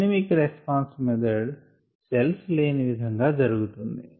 dynamic response method cells లేని విధంగా జరుగుతుంది